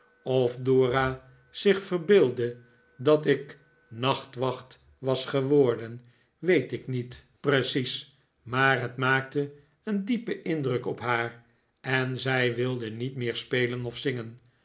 of dora zich verbeeldde dat ik nachtwacht was geworden weet ik niet precies maar het maakte een diepen indruk op haar en zij wilde niet meer soelen of zingen